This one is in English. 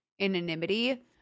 anonymity